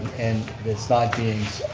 and it's not being,